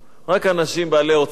רק אנשים בעלי עוצמה.